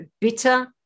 bitter